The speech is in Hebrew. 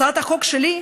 הצעת החוק שלי,